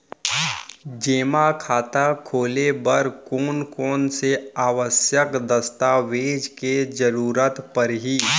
जेमा खाता खोले बर कोन कोन से आवश्यक दस्तावेज के जरूरत परही?